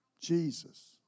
Jesus